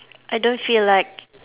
I don't feel like